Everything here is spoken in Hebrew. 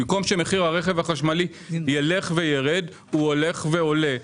במקום שמחיר הרכב החשמלי יילך ויירד הוא הולך ועולה.